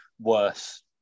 worse